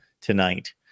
tonight